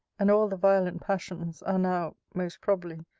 and all the violent passions, are now, most probably,